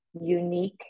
unique